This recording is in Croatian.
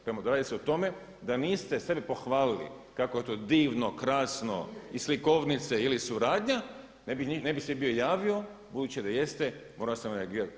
Dakle radi se o tome da niste sebe pohvalili kako je to divno, krasno i slikovnice ili suradnja ne bi se bio javio budući da jeste mora sam reagirati.